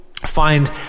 find